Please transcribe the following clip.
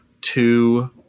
two